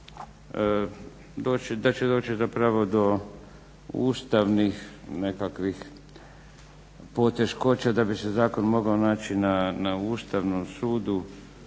da će doći zapravo do ustavnih nekakvih poteškoća, da bi se zakon mogao naći na Ustavnom sudu